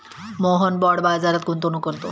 Mohan bond बाजारात गुंतवणूक करतो